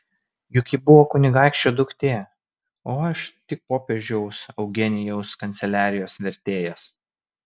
juk ji buvo kunigaikščio duktė o aš tik popiežiaus eugenijaus kanceliarijos vertėjas